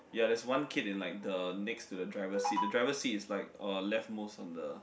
ya there's one kid in like the next to the driver seat the driver seat is like uh left most on the